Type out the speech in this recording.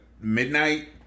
midnight